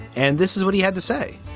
and this is what he had to say.